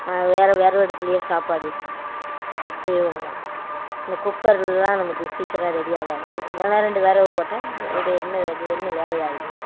வெறகு வெறகு அடுப்பிலையே சாப்பாடு செய்வோங்க இந்த குக்கர்லல்லாம் நமக்கு சீக்கிரம் ரெடி ஆகாதுங்க இதுனால் ரெண்டு வெறகு போட்டால் விடு விடுனு விறு விறுனு வேலை ஆயிடுங்க